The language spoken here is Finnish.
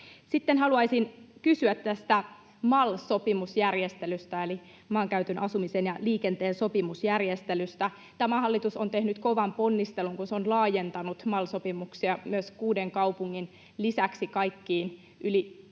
Sitten haluaisin kysyä tästä MAL-sopimusjärjestelystä eli maankäytön, asumisen ja liikenteen sopimusjärjestelystä. Tämä hallitus on tehnyt kovan ponnistelun, kun se on laajentanut MAL-sopimuksia kuuden kaupungin lisäksi myös yli